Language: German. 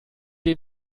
den